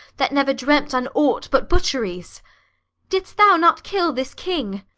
that never dreamt on aught but butcheries didst thou not kill this king?